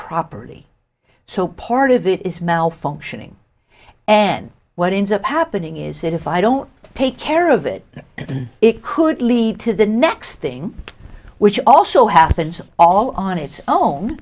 properly so part of it is malfunctioning and what ends up happening is that if i don't take care of it it could lead to the next thing which also happens all on its own